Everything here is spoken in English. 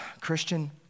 Christian